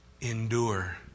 endure